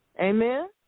Amen